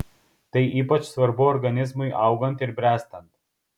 tai ypač svarbu organizmui augant ir bręstant